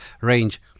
range